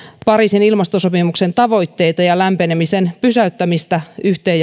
pariisin ilmastosopimuksen tavoitteita ja lämpenemisen pysäyttämistä yhteen